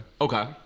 okay